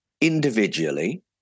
individually